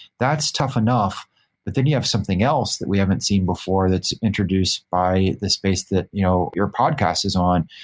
that's tough enough but then you have something else that we haven't seen before that's introduced by the space that you know your podcast is on,